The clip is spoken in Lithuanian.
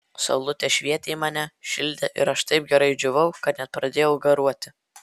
saulutė švietė į mane šildė ir aš taip gerai džiūvau kad net pradėjau garuoti